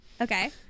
Okay